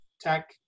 tech